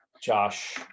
Josh